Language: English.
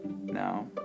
Now